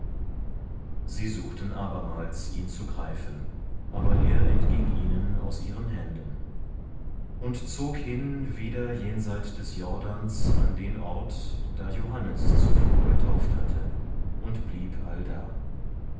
sie suchten abermals ihn zu greifen aber er entging ihnen aus ihren händen und zog hin wieder jenseit des jordans an den ort da johannes zuvor getauft hatte und blieb allda